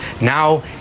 Now